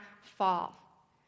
fall